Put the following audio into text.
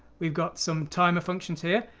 we've got some timer functions here,